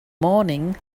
morning